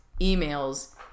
emails